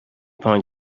pong